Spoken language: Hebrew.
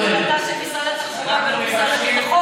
זו החלטה של משרד התחבורה ולא של משרד הביטחון.